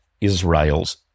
Israel's